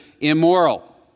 immoral